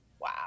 Wow